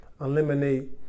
eliminate